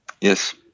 Yes